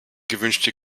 gewünschte